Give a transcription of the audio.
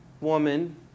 woman